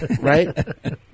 right